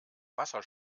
wasser